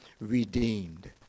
redeemed